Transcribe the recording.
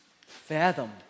fathom